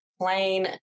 plain